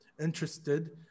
interested